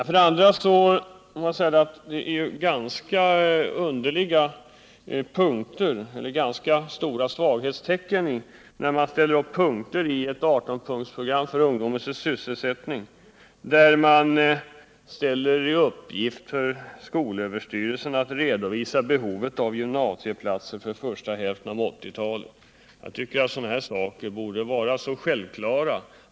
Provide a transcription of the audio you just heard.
Vidare måste jag säga att det är ett ganska stort svaghetstecken när regeringen sätter upp ett 18-punktsprogram för ungdomens sysselsättning, där man ger skolöverstyrelsen i uppgift att redovisa behovet av gymnasieplatser för första hälften av 1980-talet. Sådana saker tycker jag borde vara självklara.